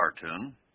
cartoon